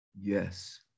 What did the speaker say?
Yes